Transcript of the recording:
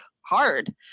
hard